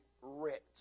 rich